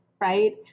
right